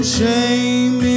shame